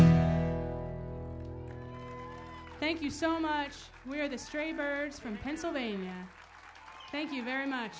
all thank you so much we are this train birds from pennsylvania thank you very much